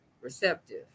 receptive